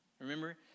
Remember